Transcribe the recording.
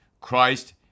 Christ